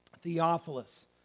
Theophilus